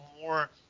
more